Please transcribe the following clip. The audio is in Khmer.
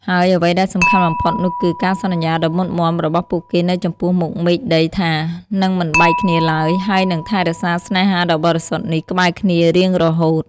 ហើយអ្វីដែលសំខាន់បំផុតនោះគឺ ការសន្យាដ៏មុតមាំរបស់ពួកគេនៅចំពោះមុខមេឃដីថា នឹងមិនបែកគ្នាឡើយ ហើយនឹងថែរក្សាស្នេហាដ៏បរិសុទ្ធនេះក្បែរគ្នារៀងរហូត។